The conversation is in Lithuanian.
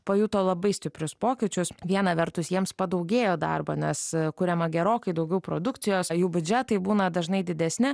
pajuto labai stiprius pokyčius viena vertus jiems padaugėjo darbo nes kuriama gerokai daugiau produkcijos jų biudžetai būna dažnai didesni